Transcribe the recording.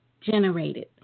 generated